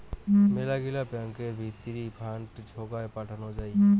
মেলাগিলা ব্যাঙ্কতের ভিতরি ফান্ড সোগায় পাঠানো যাই